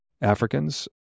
Africans